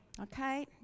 okay